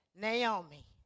Naomi